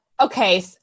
okay